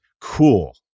cool